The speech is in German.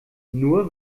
nur